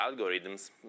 algorithms